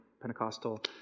Pentecostal